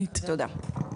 תודה.